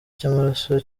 cy’amaraso